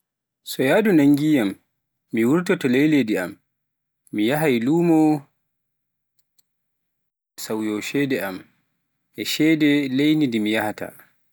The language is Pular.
so yhadu nannji yam mi wurtoto nder ley am, mi yahaa lume mi sauyo shede am e shede leydi ndi mi yahhata.